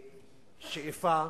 משאיפה